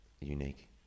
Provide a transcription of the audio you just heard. unique